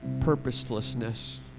Purposelessness